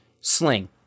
sling